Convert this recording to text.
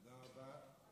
תודה רבה.